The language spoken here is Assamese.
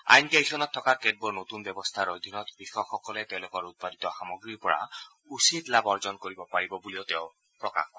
আইনকেইখনত থকা কেতবোৰ নতুন ব্যৱস্থাৰ অধীনত কৃষকসকলে তেওঁলোকৰ উৎপাদিত সামগ্ৰীৰ পৰা উচিত লাভ অৰ্জন কৰিব পাৰিব বুলিও তেওঁ প্ৰকাশ কৰে